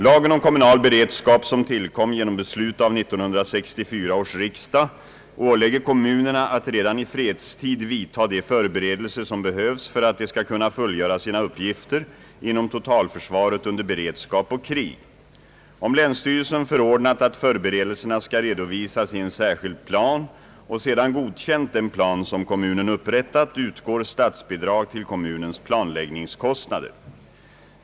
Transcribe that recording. Lagen om kommunal beredskap som tillkom genom beslut av 1964 års riksdag ålägger kommunerna att redan i fredstid vidta de förberedelser som behövs för att de skall kunna fullgöra sina uppgifter inom totalförsvaret under beredskap och krig. Om länsstyrelsen förordnat att förberedelserna skall redovisas i en särskild plan och sedan godkänt den plan som kommunen upprättat, utgår statsbidrag till kommunens planläggningskostnader.